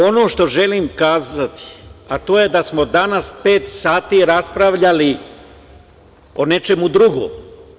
Ono što želim reći, to je da smo danas pet sati raspravljali o nečemu drugom.